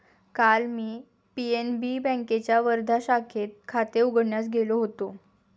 काल मी पी.एन.बी बँकेच्या वर्धा शाखेत खाते उघडण्यास गेलो होतो